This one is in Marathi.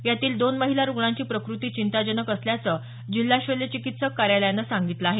यातील दोन महिला रूग्णांची प्रकृती चिंताजनक असल्याचं जिल्हा शल्य चिकित्सक कार्यालयानं सांगितलं आहे